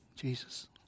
Jesus